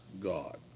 God